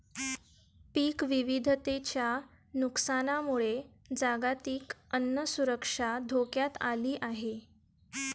पीक विविधतेच्या नुकसानामुळे जागतिक अन्न सुरक्षा धोक्यात आली आहे